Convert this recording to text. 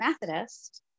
Methodist